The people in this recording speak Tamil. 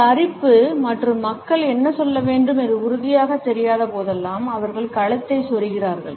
இந்த அரிப்பு மற்றும் மக்கள் என்ன சொல்ல வேண்டும் என்று உறுதியாக தெரியாத போதெல்லாம் அவர்கள் கழுத்தை சொறிவார்கள்